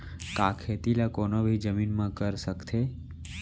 का खेती ला कोनो भी जमीन म कर सकथे?